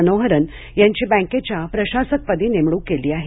मनोहरन यांची बँकेच्या प्रशासक पदी नेमणूक केली आहे